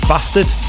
Bastard